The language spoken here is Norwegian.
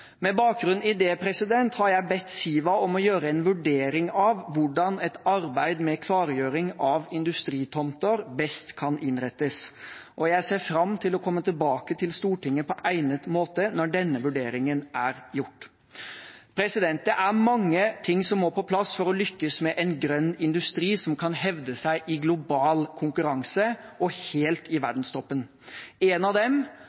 Med bakgrunn i det har jeg bedt Siva om å gjøre en vurdering av hvordan et arbeid med klargjøring av industritomter best kan innrettes. Jeg ser fram til å komme tilbake til Stortinget på egnet måte når denne vurderingen er gjort. Det er mange ting som må på plass for å lykkes med en grønn industri som kan hevde seg i global konkurranse og helt i verdenstoppen. En av dem